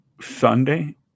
sunday